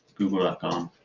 google ah com.